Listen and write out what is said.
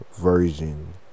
Version